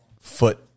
foot